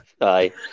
Aye